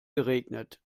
geregnet